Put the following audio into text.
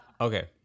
Okay